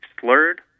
slurred